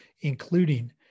including